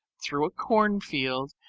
through a cornfield,